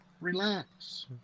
relax